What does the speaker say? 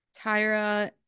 Tyra